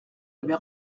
avait